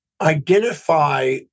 Identify